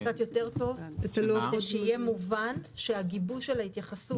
כך שיהיה מובן שהגיבוש של ההתייחסות